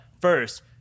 first